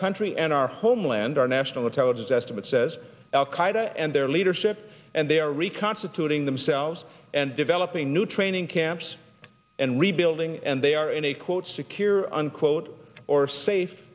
country and our homeland our national intelligence estimate says al qaeda and their leadership and they are reconstituting themselves and developing new training camps and rebuilding and they are in a quote secure unquote or safe